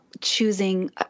choosing